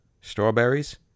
Strawberries